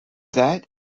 that